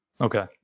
Okay